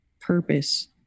purpose